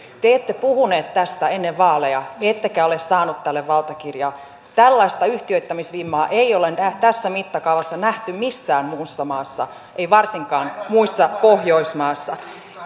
te ette puhunut tästä ennen vaaleja ettekä ole saanut tälle valtakirjaa tällaista yhtiöittämisvimmaa ei ole tässä mittakaavassa nähty missään muussa maassa ei varsinkaan muissa pohjoismaissa